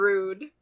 Rude